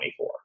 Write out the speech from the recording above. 24